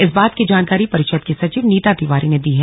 इस बात की जानकारी परिषद की सचिव नीता तिवारी ने दी है